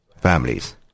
families